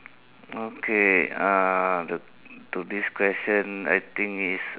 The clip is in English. okay uh the to this question I think is